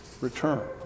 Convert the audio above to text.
return